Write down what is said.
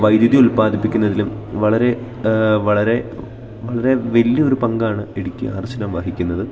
വൈദ്യുതി ഉൽപാദിപ്പിക്കുന്നതിലും വളരെ വളരെ വളരെ വലിയൊരു പങ്കാണ് ഇടുക്കി ആർച്ച് ഡാം വഹിക്കുന്നത്